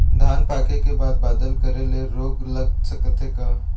धान पाके के बाद बादल करे ले रोग लग सकथे का?